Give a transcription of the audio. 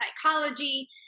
psychology